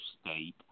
state